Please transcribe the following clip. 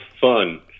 fun